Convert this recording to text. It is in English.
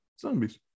zombies